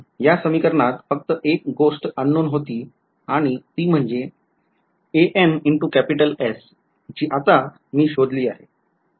या समीकरणात फक्त एक गोष्ट unknown होती आणि ती म्हणजे anS जी आता मी शोधली आहे